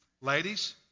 Ladies